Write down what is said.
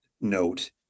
note